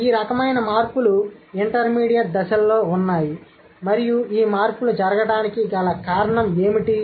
ఈ రకమైన మార్పులు ఇంటర్మీడియట్ దశల్లో ఉన్నాయి మరియు ఈ మార్పులు జరగడానికి గల కారణం ఏమిటి